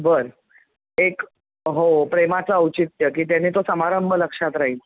बर एक हो प्रेमाचं औचित्य की त्याने तो समारंभ लक्षात राहील